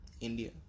India